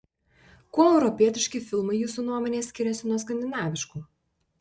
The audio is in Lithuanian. kuo europietiški filmai jūsų nuomone skiriasi nuo skandinaviškų